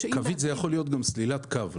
קווית, זה יכול להיות גם סלילת קו.